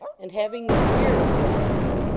and, having no fear of the wise men,